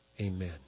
Amen